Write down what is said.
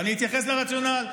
ואני אתייחס לרציונל,